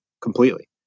completely